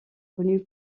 connu